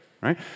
right